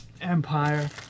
Empire